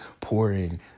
pouring